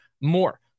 more